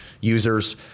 users